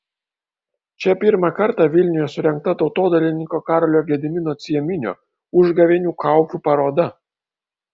čia pirmą kartą vilniuje surengta tautodailininko karolio gedimino cieminio užgavėnių kaukių paroda